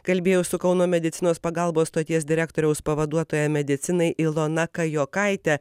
kalbėjau su kauno medicinos pagalbos stoties direktoriaus pavaduotoja medicinai ilona kajokaite